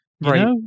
right